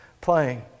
playing